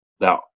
Now